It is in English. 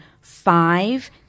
five